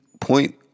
point